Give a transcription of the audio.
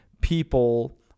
people